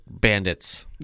bandits